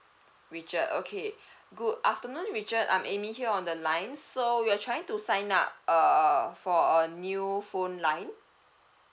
richard okay good afternoon richard I'm amy here on the line so you're trying to sign up err for a new phone line